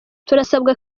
turasabwa